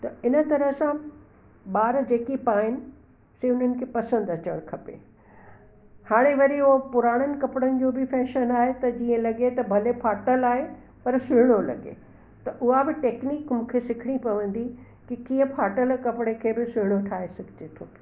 न इन तरह सां ॿार जेकी पाइनि से उन्हनि खे पसंदि अचणु खपे हाणे वरी उहो पुराननि कपिड़नि जो बि फ़ैशन आहे त ईअं लॻे त भले फाटल आहे पर सुहिणो लॻे त उहा बि टेक्नीक मूंखे सिखणी पवंदी कि कीअं फाटल कपिड़े खे बि सुठो ठाहे सघिजे थो